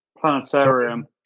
Planetarium